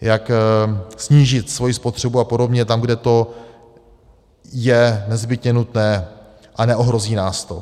Jak snížit svoji spotřebu apod. tam, kde to je nezbytně nutné a neohrozí nás to.